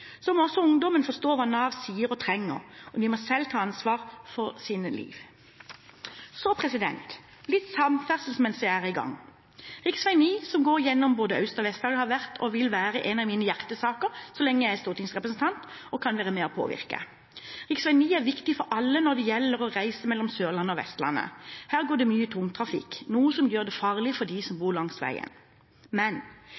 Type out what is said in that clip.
Så må også ungdommen forstå hva Nav sier og trenger, og de må selv ta ansvar for sitt liv. Så litt samferdsel mens jeg er i gang: Rv. 9, som går gjennom både Aust-Agder og Vest-Agder, har vært og vil være en av mine hjertesaker så lenge jeg er stortingsrepresentant og kan være med og påvirke. Rv. 9 er viktig for alle som reiser mellom Sørlandet og Vestlandet. Her går det mye tungtrafikk, noe som gjør det farlig for dem som